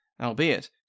albeit